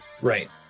Right